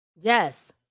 yes